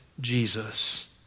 Jesus